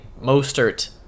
Mostert